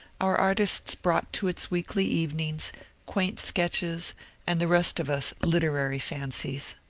our artists brought to its weekly evenings quaint sketches and the rest of us literary fancies.